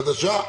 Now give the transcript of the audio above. חדשה.